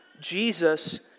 Jesus